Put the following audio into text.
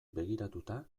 begiratuta